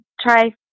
try